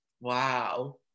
Wow